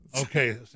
Okay